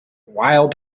wild